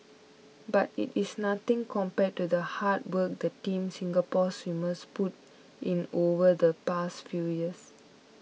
but it is nothing compared to the hard work the Team Singapore swimmers put in over the past few years